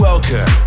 Welcome